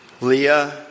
Leah